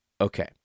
Okay